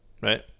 right